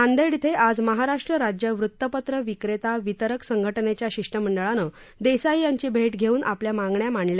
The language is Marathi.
नांदेड थे आज महाराष्टू राज्य वृतपत्र विक्रेता वितरक संघ जेच्या शिष्टमंडळानं देसाई यांची भे घेऊन आपल्या मागण्या मांडल्या